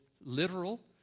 literal